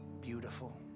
beautiful